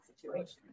situation